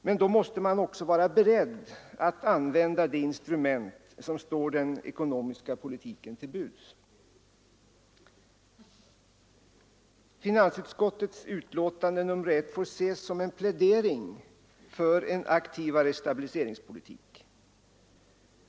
Men då måste man också vara beredd att använda de instrument som står den ekonomiska politiken till buds. Finansutskottets betänkande nr 1 får ses som en plädering för en aktivare stabiliseringspolitik.